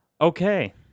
Okay